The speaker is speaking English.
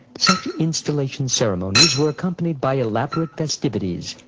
such installation ceremonies were accompanied by elaborate festivities,